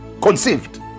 conceived